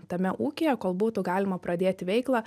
tame ūkyje kol būtų galima pradėt veiklą